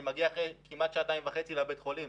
אני מגיע אחרי כמעט שעתיים וחצי לבית החולים,